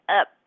up